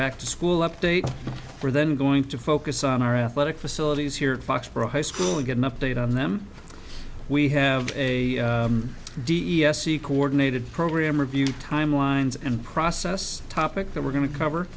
back to school update for then going to focus on our athletic facilities here foxboro high school we get an update on them we have a d e s c coordinated program review timelines and process topic that we're going to cover